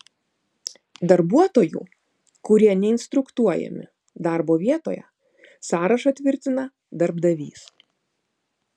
darbuotojų kurie neinstruktuojami darbo vietoje sąrašą tvirtina darbdavys